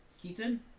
Keaton